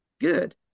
Good